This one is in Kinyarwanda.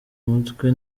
umutwe